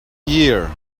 year